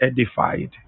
edified